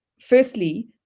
firstly